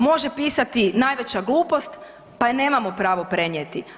Može pisati najveća glupost pa je nemamo pravo prenijeti.